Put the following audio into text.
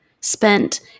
spent